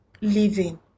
living